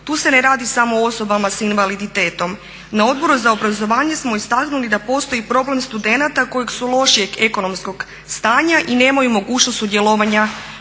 Tu se ne radi samo o osobama s invaliditetom. Na Odboru za obrazovanje smo istaknuli da postoji problem studenata koji su lošijeg ekonomskog stanja i nemaju mogućnost sudjelovanja